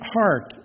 heart